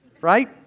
Right